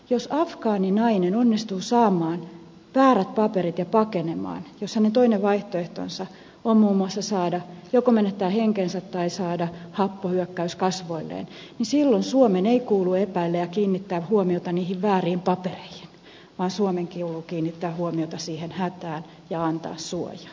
jos afgaaninainen onnistuu saamaan väärät paperit ja pakenemaan jos hänen toinen vaihtoehtonsa on muun muassa joko menettää henkensä tai saada happohyökkäys kasvoilleen niin silloin suomen ei kuulu epäillä ja kiinnittää huomiota niihin vääriin papereihin vaan suomen kuuluu kiinnittää huomiota siihen hätään ja antaa suojaa